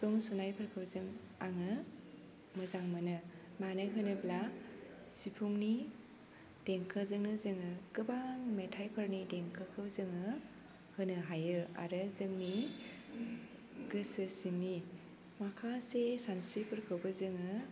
सिफं सुनायफोरखौ जों आङो मोजां मोनो मानो होनोब्ला सिफुंनि देंखोजोंनो जोङो गोबां मेथाइफोरनि देंखोखौ जोङो होनो हायो आरो जोंनि गोसो सिंनि माखासे सानस्रिफोरखौबो जोङो